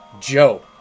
Joe